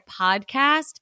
podcast